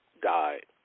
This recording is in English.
died